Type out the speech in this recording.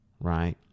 right